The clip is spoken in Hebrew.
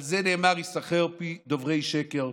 על זה נאמר "יסכר פי דוברי שקר".